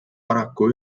paraku